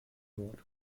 wort